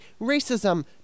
racism